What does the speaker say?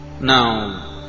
Now